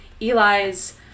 Eli's